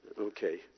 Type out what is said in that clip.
Okay